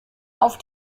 auf